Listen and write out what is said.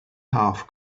half